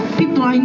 people